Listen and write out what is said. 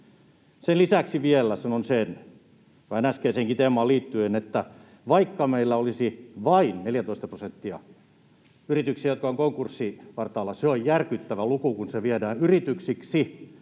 Sen lisäksi vielä sanon sen vain, äskeiseenkin teemaan liittyen, että vaikka meillä olisi vain 14 prosenttia yrityksiä, jotka ovat konkurssin partaalla, niin se on järkyttävä luku, kun se viedään yrityksiksi,